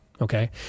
okay